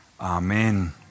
amen